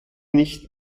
nicht